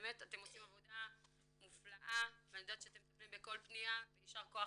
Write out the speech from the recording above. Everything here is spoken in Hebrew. באמת אתם עושים עבודה מופלאה ואני יודעת שאתם מטפלים בכל פניה ויישר כח.